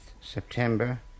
September